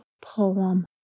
poem